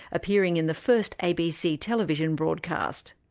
appearing in the first abc television broadcast.